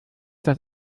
das